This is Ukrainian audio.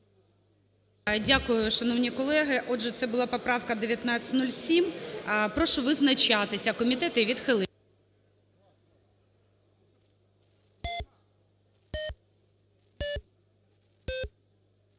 Дякую, шановні колеги. Отже, це була поправка 1907. Прошу визначатися. Комітет її відхилив.